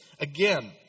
again